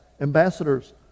ambassadors